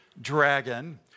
dragon